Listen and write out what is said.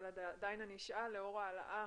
אבל אשאל לאור ההעלאה